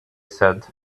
said